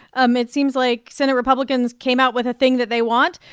um it seems like senate republicans came out with a thing that they want,